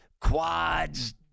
quads